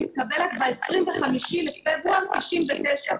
מתקבלת ב-25 בפברואר 99'